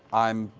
i'm